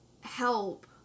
help